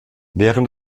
während